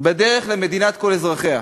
בדרך למדינת כל אזרחיה: